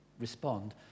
respond